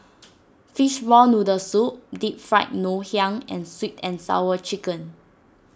Fishball Noodle Soup Deep Fried Ngoh Hiang and Sweet and Sour Chicken